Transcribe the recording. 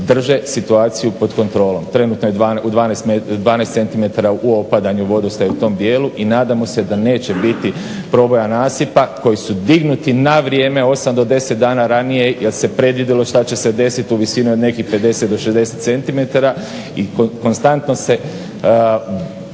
drže situaciju pod kontrolom. Trenutno je 12 cm u opadanju vodostaj u tom dijelu i nadamo se da neće biti proboja nasipa koji su dignuti na vrijeme 8 do 10 dana ranije jer se predvidjelo šta će se desit u visini od nekih 50 do 60 cm i konstantno se